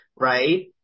right